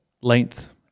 length